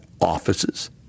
offices